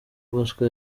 bosco